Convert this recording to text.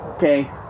Okay